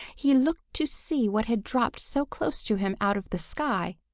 he looked to see what had dropped so close to him out of the sky.